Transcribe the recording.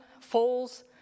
falls